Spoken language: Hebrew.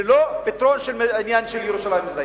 ללא העניין של פתרון לירושלים המזרחית,